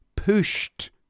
pushed